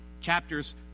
chapters